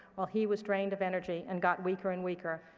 while he was drained of energy and got weaker and weaker.